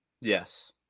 yes